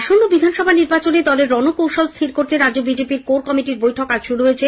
আসন্ন বিধানসভা নির্বাচনে দলের রণকৌশল স্থির করতে রাজ্য বিজেপির কোর কমিটির বৈঠক আজ খেকে শুরু হয়েছে